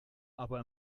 aber